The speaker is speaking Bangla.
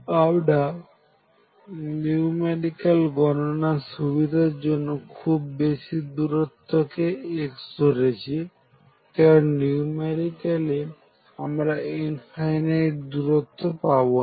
আমরা নিউমেরিক্যাল গণনার সুবিধার জন্য খুব বেশি দূরত্ব কে x ধরছি কারণ নিউমেরিক্যালি আমরা ইনফাইনাইট দূরত্ব পাবো না